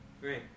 Great